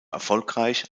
erfolgreich